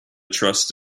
trust